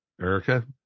Erica